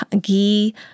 ghee